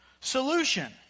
Solution